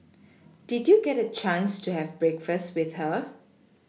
did you get a chance to have breakfast with her